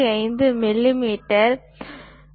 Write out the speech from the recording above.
5 millimetre ஈட்டர் 2